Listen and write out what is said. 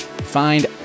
find